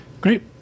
Great